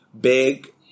Big